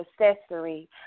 accessory